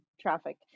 traffic